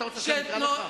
אתה רוצה שאקרא לך?